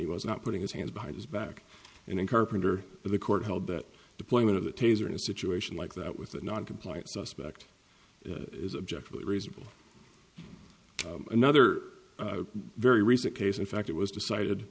he was not putting his hands behind his back and in carpenter the court held that deployment of the taser in a situation like that with a non compliant suspect is objectively reasonable another very recent case in fact it was decided